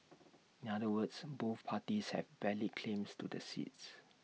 in other words both parties have valid claims to the seats